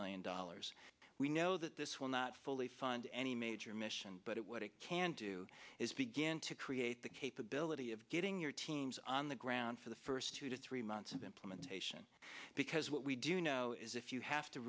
million dollars we know that this will not fully fund any major mission but what it can do is begin to create the capability of getting your teams on the ground for the first two to three months of implementation because what we do know is if you have to